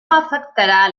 afectarà